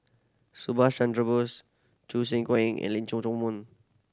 Subhas Chandra Bose Choo Seng Quee and Leong Chee Mun